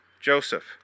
Joseph